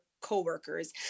coworkers